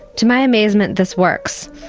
to my amazement this works,